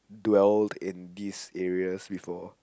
dwell in this areas before